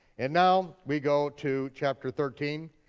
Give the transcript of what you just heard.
and now we go to chapter thirteen,